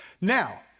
Now